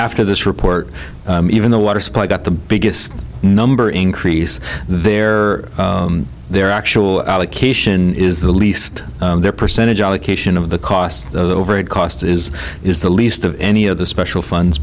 after this report even the water supply got the biggest number increase their their actual allocation is the least their percentage allocation of the cost over it cost is is the least of any of the special funds